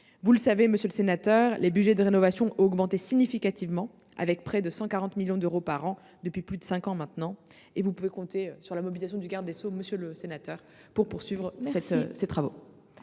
Vous le savez, monsieur le sénateur, les budgets de rénovation ont augmenté significativement, avec près de 140 millions d’euros par an depuis plus de cinq ans. Vous pouvez compter sur la mobilisation de M. le garde des sceaux pour poursuivre ces travaux.